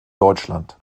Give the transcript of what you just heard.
deutschland